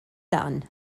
dan